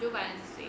joe biden 是谁